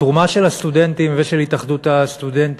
התרומה של הסטודנטים ושל התאחדות הסטודנטים